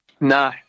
No